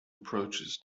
approaches